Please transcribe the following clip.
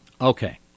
Okay